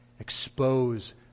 expose